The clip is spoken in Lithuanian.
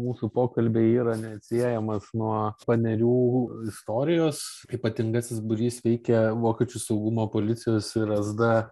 mūsų pokalby yra neatsiejamas nuo panerių istorijos ypatingasis būrys veikė vokiečių saugumo policijos ir sd